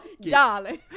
darling